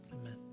Amen